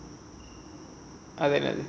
I like that